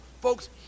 folks